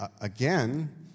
again